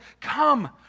come